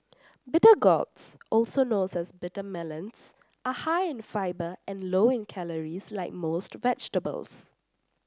bitter gourds also known as bitter melons are high in fibre and low in calories like most vegetables